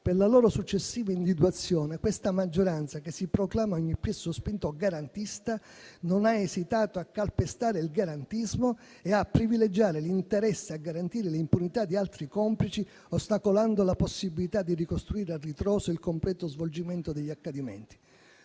per la loro successiva individuazione. Questa maggioranza, che si proclama a ogni piè sospinto garantista, non ha esitato a calpestare il garantismo e a privilegiare l'interesse a garantire l'impunità di altri complici, ostacolando la possibilità di ricostruire a ritroso il completo svolgimento degli accadimenti.